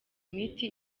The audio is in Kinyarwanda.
imiti